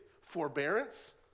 forbearance